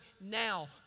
now